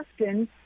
often